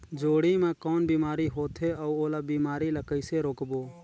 जोणी मा कौन बीमारी होथे अउ ओला बीमारी ला कइसे रोकबो?